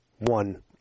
one